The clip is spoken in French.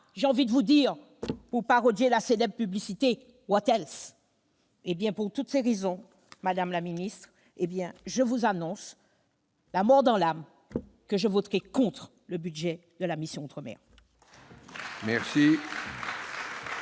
J'ai envie de vous demander, pour parodier une célèbre publicité : Pour toutes ces raisons, madame la ministre, je vous annonce, la mort dans l'âme, que je voterai contre le budget de la mission « Outre-mer